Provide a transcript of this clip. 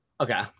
okay